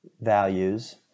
values